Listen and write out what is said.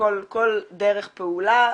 כל דרך פעולה.